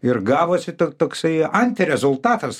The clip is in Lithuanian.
ir gavosi tok toksai antirezultatas